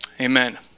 amen